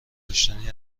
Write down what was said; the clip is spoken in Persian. داشتنی